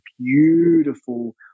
beautiful